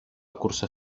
cursar